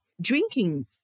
drinking